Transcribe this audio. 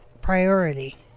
priority